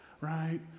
right